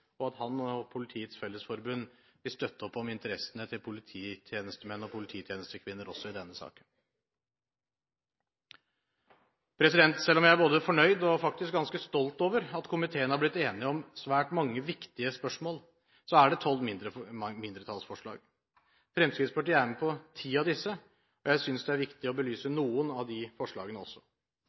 interessene til polititjenestemenn og polititjenestekvinner også i denne saken. Selv om jeg er både fornøyd og faktisk ganske stolt over at komiteen har blitt enig om svært mange viktige spørsmål, er det tolv mindretallsforslag. Fremskrittspartiet er med på ti av disse. Jeg synes det er viktig å belyse noen av de forslagene også.